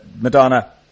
Madonna